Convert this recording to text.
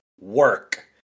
Work